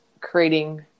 creating